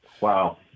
Wow